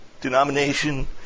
denomination